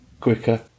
quicker